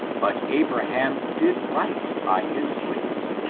but abraham did right by his slaves,